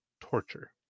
torture